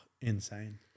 insane